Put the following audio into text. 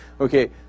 Okay